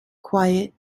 quiet